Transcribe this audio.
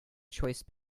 choice